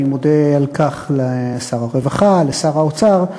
אני מודה על כך לשר הרווחה ולשר האוצר,